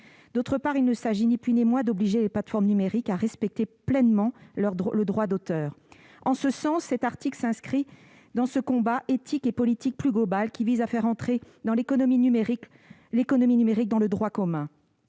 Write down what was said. ailleurs, il ne s'agit ni plus ni moins que d'obliger les plateformes numériques à respecter pleinement le droit d'auteur. L'article 2 A s'inscrit dans le prolongement de ce combat éthique et politique plus global qui vise à faire entrer l'économie numérique dans le droit commun.